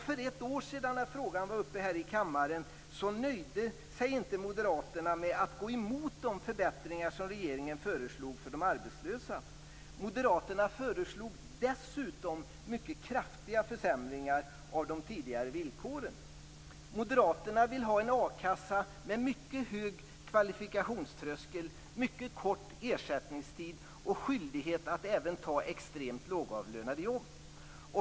För ett år sedan när frågan var uppe här i kammaren nöjde sig inte moderaterna med att gå emot de förbättringar som regeringen föreslog för de arbetslösa. Moderaterna föreslog dessutom mycket kraftiga försämringar av de tidigare villkoren. Moderaterna vill ha en a-kassa med mycket hög kvalifikationströskel, mycket kort ersättningstid och skyldighet att även ta extremt lågavlönade jobb.